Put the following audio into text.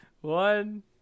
one